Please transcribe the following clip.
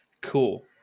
Cool